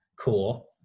cool